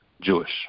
Jewish